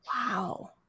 Wow